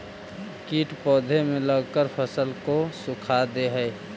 कीट पौधे में लगकर फसल को सुखा दे हई